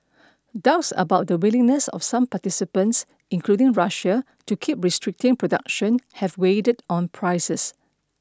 doubts about the willingness of some participants including Russia to keep restricting production have weighed on prices